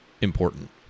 important